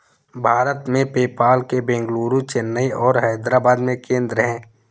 भारत में, पेपाल के बेंगलुरु, चेन्नई और हैदराबाद में केंद्र हैं